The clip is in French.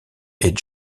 est